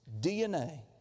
DNA